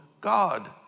God